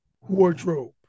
wardrobe